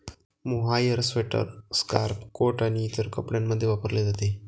mohair sweater, scarf, coat आणि इतर कपड्यांमध्ये वापरले जाते